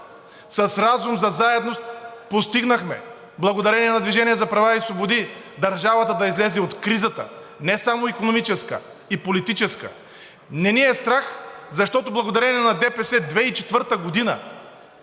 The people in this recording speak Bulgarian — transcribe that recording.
с разум за заедност постигнахме благодарение на „Движение за права и свободи“ държавата да излезе от кризата – не само икономическа, а и политическа. Не ни е страх, защото благодарение на ДПС 2004 г. и